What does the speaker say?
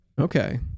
okay